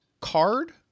Card